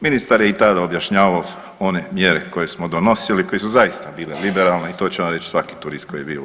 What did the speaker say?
Ministar je i tada objašnjavao one mjere koje smo donosili koje su zaista bile liberalne i to će vam reći svaki turist koji je bio u RH.